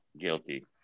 guilty